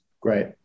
Great